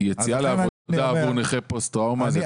יציאה לעבודה עבור נכה פוסט טראומה זאת